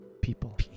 People